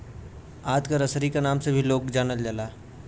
आंत क रसरी क नाम से भी लोग जानलन